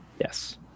Yes